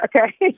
Okay